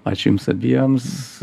ačiū jums abiems